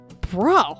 Bro